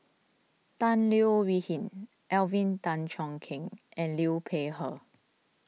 Tan Leo Wee Hin Alvin Tan Cheong Kheng and Liu Peihe